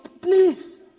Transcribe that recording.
Please